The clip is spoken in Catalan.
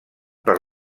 per